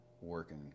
working